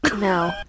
no